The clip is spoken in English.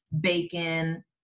bacon